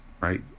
right